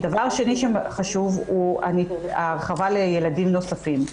הדבר השני הוא ההרחבה לילדים נוספים.